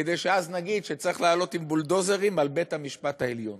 כדי שאז נגיד שצריך לעלות עם בולדוזרים על בית-המשפט העליון